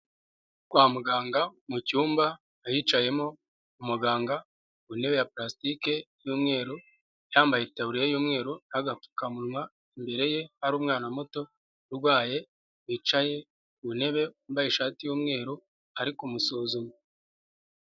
Kwa muganga mu cyumba ahicayemo umuganga ku ntebe ya palasitike y'umweru, yambaye itaburiya y'umweru n'agapfukamunwa, imbere ye hari umwana muto urwaye wicaye ku ntebe wambaye ishati y'umweru ari kumusuzuma.